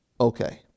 Okay